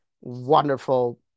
wonderful